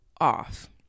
off